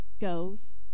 goes